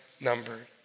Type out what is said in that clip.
numbered